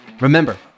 Remember